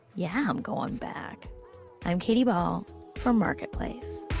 yeah, i'm going back i'm katie ball for marketplace